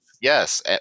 yes